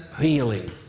healing